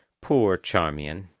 poor charmian!